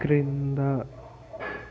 క్రింద